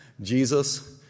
Jesus